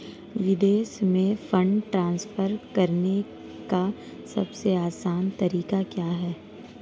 विदेश में fund transfer करने का सबसे आसान तरीका क्या है?